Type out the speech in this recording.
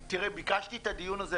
ביקשתי את הדיון הזה,